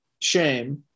shame